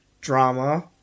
drama